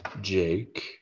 Jake